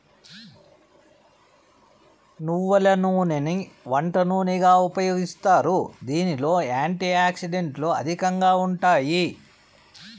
నువ్వుల నూనెని వంట నూనెగా ఉపయోగిస్తారు, దీనిలో యాంటీ ఆక్సిడెంట్లు అధికంగా ఉంటాయి